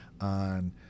on